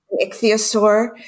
ichthyosaur